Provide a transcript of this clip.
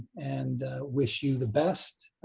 and wish you the best.